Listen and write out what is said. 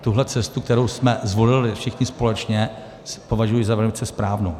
Tuhle cestu, kterou jsme zvolili všichni společně, považuji za velice správnou.